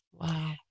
Wow